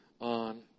on